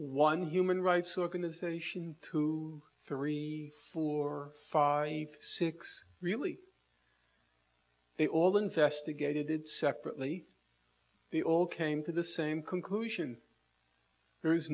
one human rights organization two three four five six really they all investigated separately they all came to the same conclusion there is